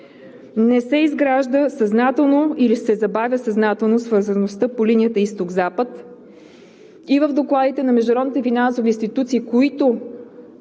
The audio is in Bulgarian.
Не се изгражда съзнателно или се забавя съзнателно свързаността по линията Изток – Запад. И в докладите на международните финансови институции, които